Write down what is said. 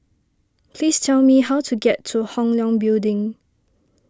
please tell me how to get to Hong Leong Building